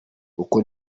uku